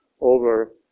over